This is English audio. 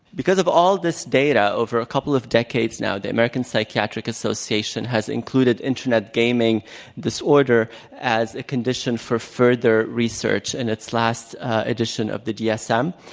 because of all this data over a couple of decades now, the american psychiatric association has included internet gaming disorder as a condition for further research in its last addition of the dsm.